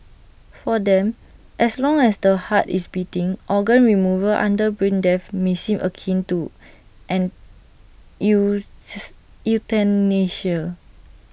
for them as long as the heart is beating organ removal under brain death may seem akin to euthanasia